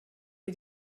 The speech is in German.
wie